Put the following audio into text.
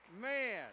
Man